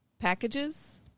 Packages